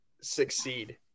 succeed